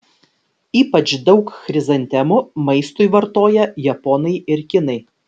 ypač daug chrizantemų maistui vartoja japonai ir kinai